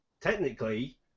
technically